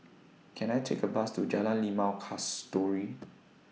Can I Take A Bus to Jalan Limau Kasturi